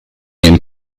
and